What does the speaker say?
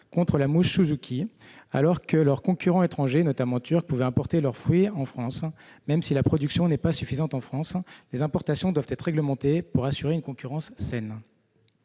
contre la mouche, alors que leurs concurrents étrangers, notamment turcs, pouvaient importer leurs fruits en France. Or, même si la production française n'est pas suffisante, les importations doivent être réglementées pour assurer une concurrence saine.